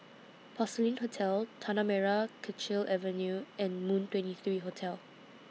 Porcelain Hotel Tanah Merah Kechil Avenue and Moon twenty three Hotel